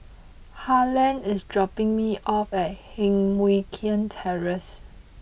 Harland is dropping me off at Heng Mui Keng Terrace